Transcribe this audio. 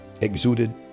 exuded